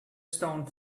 stone